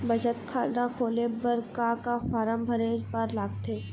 बचत खाता खोले बर का का फॉर्म भरे बार लगथे?